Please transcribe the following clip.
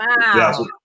Wow